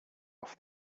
off